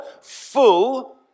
full